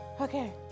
Okay